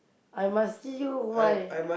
I'm asking you why